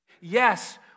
Yes